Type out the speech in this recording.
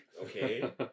Okay